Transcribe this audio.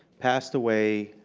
passed away.